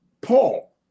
Paul